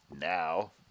now